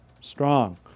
strong